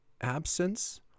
absence